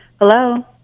Hello